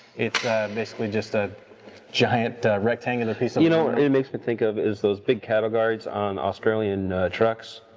it's basically just a giant rectangular piece of you know it makes me think of is those big cattle guards on australian trucks.